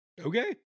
Okay